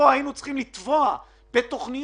היינו צריכים לטבוע פה בתוכניות,